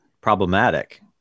problematic